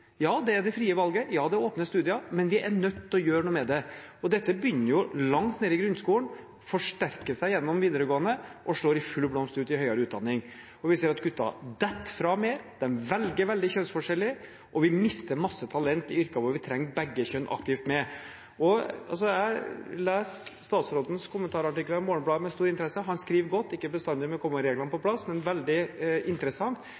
Ja, det er det frie valget, ja, det er åpne studier, men vi er nødt til å gjøre noe med det. Dette begynner jo langt ned i grunnskolen, forsterker seg gjennom videregående og slår ut i full blomst i høyere utdanning. Vi ser at guttene faller fra mer, de velger veldig kjønnsforskjellig, og vi mister masse talent i yrker hvor vi trenger begge kjønn aktivt med. Jeg leser statsrådens kommentarartikler i Morgenbladet med stor interesse. Han skriver godt, ikke bestandig med kommaene på rett plass, men veldig interessant.